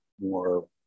more